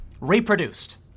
reproduced